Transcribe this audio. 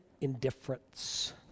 indifference